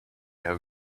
have